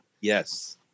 Yes